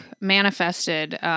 manifested